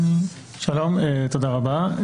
שלום ותודה רבה.